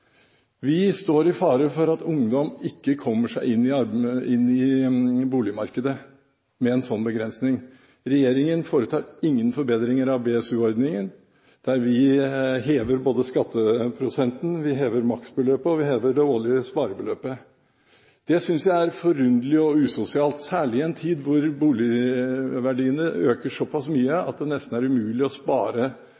Vi står i fare for at ungdom ikke kommer seg inn i boligmarkedet med en slik begrensning. Regjeringen foretar ingen forbedringer av BSU-ordningen, der vi hever både skatteprosenten, maksimalbeløpet og det årlige sparebeløpet. Det synes jeg er forunderlig og usosialt, særlig i en tid da boligverdiene øker såpass mye